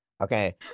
Okay